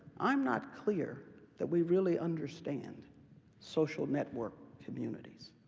i'm not clear that we really understand social network communities,